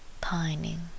pining